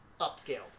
upscaled